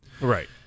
Right